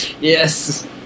Yes